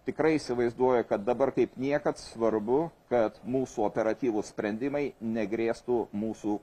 tikrai įsivaizduoju kad dabar kaip niekad svarbu kad mūsų operatyvūs sprendimai negrėstų mūsų